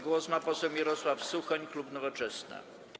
Głos ma poseł Mirosław Suchoń, klub Nowoczesna.